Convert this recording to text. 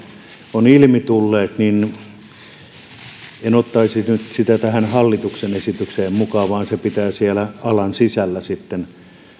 on ilmi tullut en ottaisi nyt tähän hallituksen esitykseen mukaan vaan ne pitää siellä alan sisällä sitten